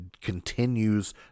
continues